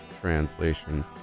translation